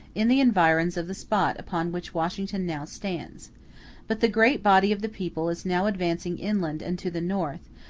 in the environs of the spot upon which washington now stands but the great body of the people is now advancing inland and to the north,